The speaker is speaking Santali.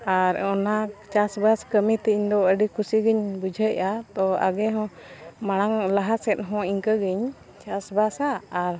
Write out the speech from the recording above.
ᱟᱨ ᱚᱱᱟ ᱪᱟᱥ ᱵᱟᱥ ᱠᱟᱹᱢᱤ ᱛᱮ ᱤᱧᱫᱚ ᱟᱹᱰᱤ ᱠᱩᱥᱤ ᱜᱤᱧ ᱵᱩᱡᱷᱟᱹᱜᱼᱟ ᱛᱚ ᱟᱜᱮ ᱦᱚᱸ ᱢᱟᱲᱟᱝ ᱞᱟᱦᱟ ᱥᱮᱫ ᱦᱚᱸ ᱤᱱᱠᱟᱹᱜᱤᱧ ᱪᱟᱥ ᱵᱟᱥᱟ ᱟᱨ